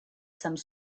some